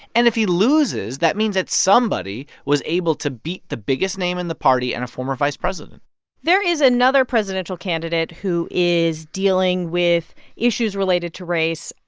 and if he loses, that means that somebody was able to beat the biggest name in the party and a former vice president there is another presidential candidate who is dealing with issues related to race,